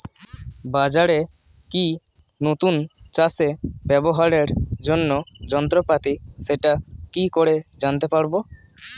বাজারে কি নতুন চাষে ব্যবহারের জন্য যন্ত্রপাতি সেটা কি করে জানতে পারব?